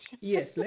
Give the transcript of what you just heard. Yes